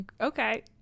okay